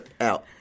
out